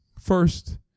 first